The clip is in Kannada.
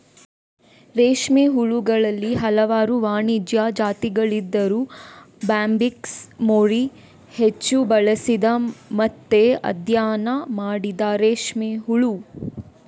ರೇಷ್ಮೆ ಹುಳುಗಳಲ್ಲಿ ಹಲವಾರು ವಾಣಿಜ್ಯ ಜಾತಿಗಳಿದ್ದರೂ ಬಾಂಬಿಕ್ಸ್ ಮೋರಿ ಹೆಚ್ಚು ಬಳಸಿದ ಮತ್ತೆ ಅಧ್ಯಯನ ಮಾಡಿದ ರೇಷ್ಮೆ ಹುಳು